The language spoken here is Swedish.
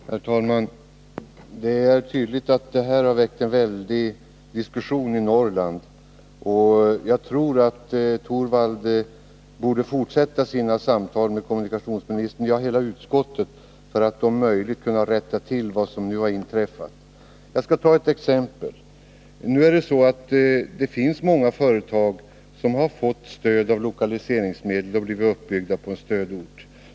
Herr talman! Det är tydligt att den här frågan väckt mycken diskussion i Norrland, och jag tycker att Rune Torwald — ja, hela utskottet — borde fortsätta samtalen med kommunikationsministern för att om möjligt rätta till vad som nu inträffar. Jag skall ta ett exempel. Det finns många företag som fått stöd av lokaliseringsmedel och byggts upp på en stödort.